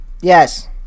Yes